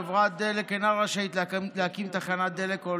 חברת דלק אינה רשאית להקים תחנת דלק או